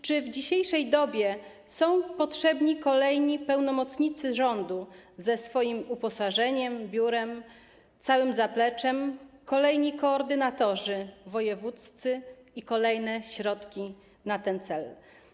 Czy w dzisiejszej dobie są potrzebni kolejni pełnomocnicy rządu ze swoim uposażeniem, biurem, całym zapleczem, kolejni koordynatorzy wojewódzcy i kolejne środki na ten cel?